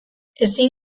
ezin